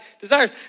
desires